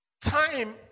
Time